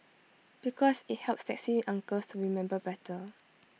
because IT helps taxi uncles to remember better